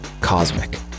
cosmic